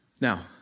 Now